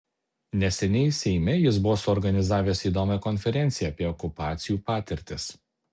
neseniai seime jis buvo suorganizavęs įdomią konferenciją apie okupacijų patirtis